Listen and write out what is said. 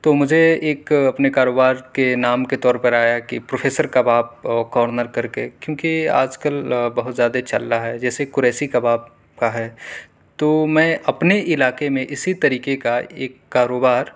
تو مجھے ایک ا پنے کاروبار کے نام کے طور پر آیا کہ پروفیسر کباب کارنر کر کے کیونکہ آج کل بہت زیادہ چل رہا ہے جیسے قریشی کباب کا ہے تو میں اپنے علاقے میں اسی طریقے کا ایک کاروبار